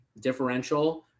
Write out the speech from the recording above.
differential